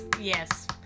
Yes